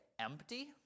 empty